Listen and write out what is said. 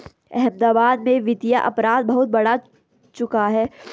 अहमदाबाद में वित्तीय अपराध बहुत बढ़ चुका है